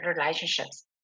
relationships